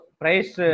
price